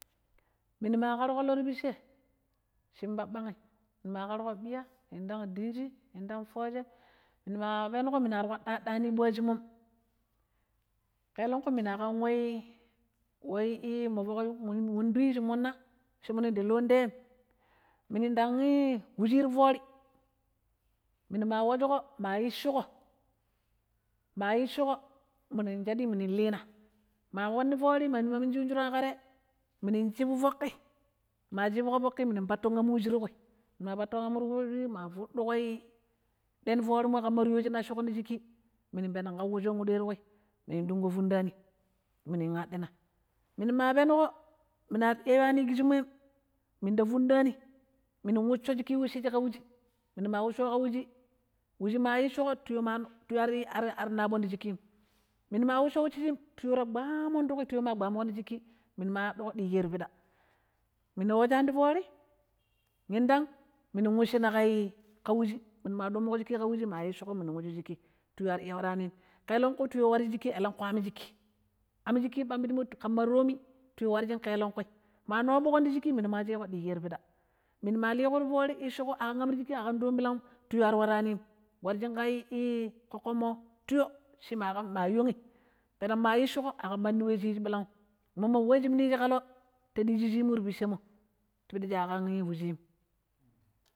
﻿Minu ma ƙar ƙho lo ti picche, shin ɓaɓɓaghi mma ƙar ƙo ɓiya, ndang dinji, ndang fooje minu ma penƙo minu a tai ƙɓapɗo aɗɗanim ɓaaji mom ƙelenƙi minu ƙan weii, sha minu ndang luu ti yei, minun ndang ii wucchi ti foorii minu ma wocchiƙo ma icchiƙo ma icchiƙo minu shaddɗi minu liina ma minu ndag ii wuchii ti foori ma minji yun shuran ƙa te minu chibu foƙƙi minu ma chibƙo foƙƙi minu patton amm wuji ti ƙwi ma fuɗɗo ƙoi ɗen foorim mo ƙam riyo shi nacchuƙo ti shiƙƙi minu peneg ƙawujon we ɗoi rui na minu ɗungo fudɗɗa ni minu aɗɗina, minu ma penƙo mina riya yuni ƙiji mom, minda fundaa ni minu wuccho shiƙƙi nwuchiji ƙa wuji minuma wucchuƙo ƙa wujii, wuji ma icchuƙo tiyo ar ar naɓɓon ti shiƙƙim minu ma wucchu wucchijim tiyo ra ɓgwamon ti ƙwii, tiyo ma ɓgwamuƙon ti shiƙƙi minje, tiyo ma ɓgwamunti shiƙƙi minu ma aɗɗuƙo ɗiƙƙoro piɗa, minda wajaani ti foori ndang minun wucchi na ƙa ii ƙa wuji minu ma ɗummuƙo shiƙƙi ma icchƙo minun wochishiƙƙi tiya ar iya waraa nim ƙelenƙi tiyo warji shiƙƙi ƙelenƙwi amm shiƙƙi, amm shiƙƙi ma ɓamɓiɗi ƙamma toomi tiyo ar iya warji ƙelenkwi, ma naɓɓuƙon ti shiƙƙi minu ma sheƙo ɗiƙoroi piɗa, minu liƙo ti foori icchiƙo a ƙam aamm ti shiƙƙim a ƙam tomum ɓilangm tiyo ari waranim, warjin ƙa ƙoƙƙommo tiyo shi ma tang ma yonghi, peneg ma icchiƙo a ƙam madi wei shi yishi ɓilangm, mommo we shi minu yishi ƙa loo (hesittion) ti picchemmo piɗi sha ƙan wuchim.